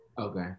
Okay